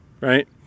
right